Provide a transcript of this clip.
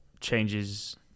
changes